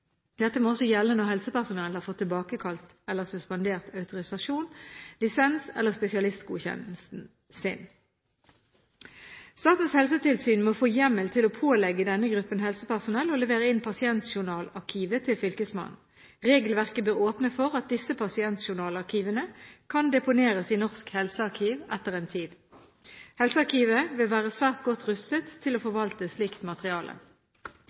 Dette må også gjelde når helsepersonell har fått tilbakekalt eller suspendert autorisasjonen, lisensen eller spesialistgodkjennelsen sin. Statens helsetilsyn må få hjemmel til å pålegge denne gruppen helsepersonell å levere inn pasientjournalarkivet til Fylkesmannen. Regelverket bør åpne for at disse pasientjournalarkivene kan deponeres i Norsk helsearkiv etter en tid. Helsearkivet vil være svært godt rustet til å forvalte slikt materiale.